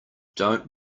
don’t